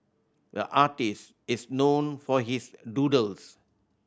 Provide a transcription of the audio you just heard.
the artist is known for his doodles